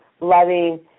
loving